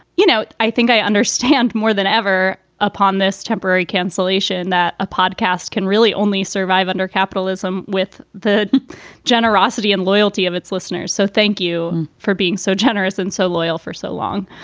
you know, i think i understand more than ever upon this temporary cancellation that a podcast can really only survive under capitalism with the generosity and loyalty of its listeners. so thank you for being so generous and so loyal for so long.